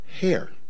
hair